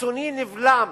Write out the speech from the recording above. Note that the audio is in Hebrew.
הקיצוני נבלם,